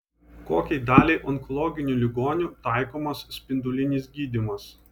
kokiai daliai onkologinių ligonių taikomas spindulinis gydymas